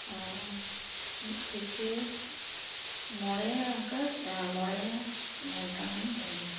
ᱚᱻ ᱢᱤᱫ ᱛᱷᱮᱠᱮ ᱢᱚᱬᱮ ᱚᱝᱠᱟ ᱢᱚᱬᱮ ᱜᱷᱚᱱᱴᱟ ᱜᱟᱱᱤᱧ ᱛᱟᱦᱮᱱᱟ